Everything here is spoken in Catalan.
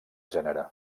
gènere